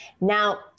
Now